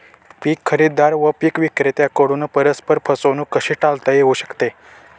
पीक खरेदीदार व पीक विक्रेत्यांकडून परस्पर फसवणूक कशी टाळता येऊ शकते?